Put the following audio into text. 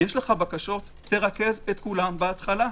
יש לך בקשות תרכז את כולן בהתחלה.